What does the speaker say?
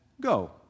Go